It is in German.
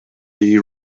die